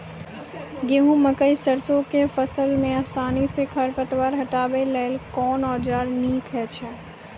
गेहूँ, मकई आर सरसो के फसल मे आसानी सॅ खर पतवार हटावै लेल कून औजार नीक है छै?